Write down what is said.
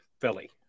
Philly